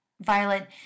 violet